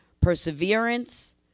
perseverance